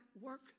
work